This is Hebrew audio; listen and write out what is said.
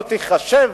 ולא תיחשב